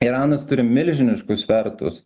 iranas turi milžiniškus svertus